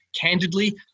candidly